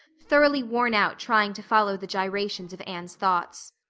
thoroughly worn out trying to follow the gyrations of anne's thoughts.